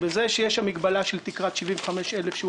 בזה שיש שם מגבלה של תקרת 75,000 שקל,